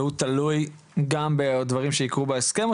והוא תלוי רק בדברים שיקרו בהסכם?